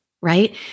right